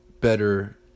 better